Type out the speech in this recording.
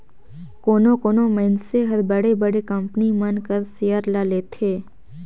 कोनो कोनो मइनसे हर बड़े बड़े कंपनी मन कर सेयर ल लेथे